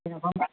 जेन'बा